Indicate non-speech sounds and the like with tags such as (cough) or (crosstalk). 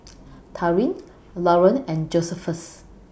(noise) Taurean Lauren and Josephus